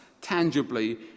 tangibly